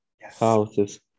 houses